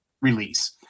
release